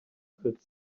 could